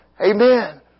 Amen